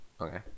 Okay